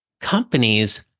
companies